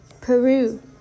Peru